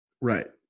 Right